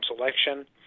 election